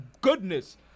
goodness